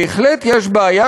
בהחלט יש בעיה,